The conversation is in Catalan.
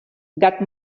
gat